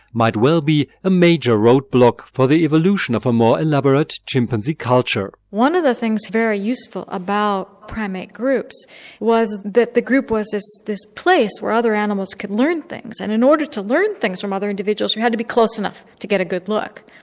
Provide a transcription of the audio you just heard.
might well be a major roadblock for the evolution of a more elaborate chimpanzee culture. one of the things very useful about primate groups was that the group was this this place where other animals could learn things. and in order to learn things from other individuals you had to be close enough to get a good look.